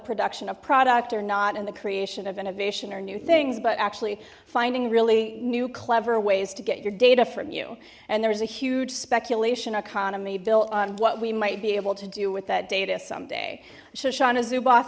production of product or not in the creation of innovation or new things but actually finding really new clever ways to get your data from you and there's a huge speculation economy built on what we might be able to do with that data someday